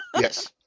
Yes